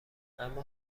اما